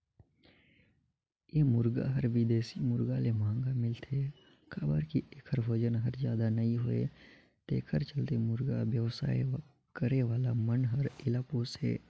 ए मुरगा हर बिदेशी मुरगा ले महंगा मिलथे काबर कि एखर बजन हर जादा नई होये तेखर चलते मुरगा बेवसाय करे वाला मन हर एला पोसे